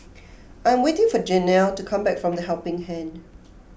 I am waiting for Janell to come back from the Helping Hand